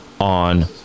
on